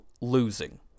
losing